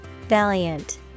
Valiant